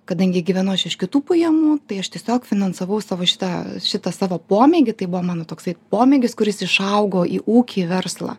kadangi gyvenu aš iš kitų pajamų tai aš tiesiog finansavau savo šitą šitą savo pomėgį tai buvo mano toksai pomėgis kuris išaugo į ūkį verslą